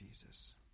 Jesus